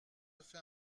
fait